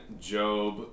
Job